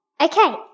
Okay